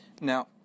Now